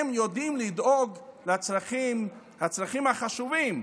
הם יודעים לדאוג לצרכים, הצרכים החשובים,